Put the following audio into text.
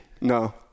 No